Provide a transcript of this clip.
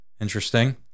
interesting